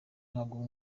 ntabwo